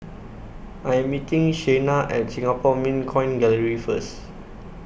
I Am meeting Shayna At Singapore Mint Coin Gallery First